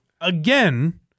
again